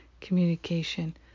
communication